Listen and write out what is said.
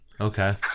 Okay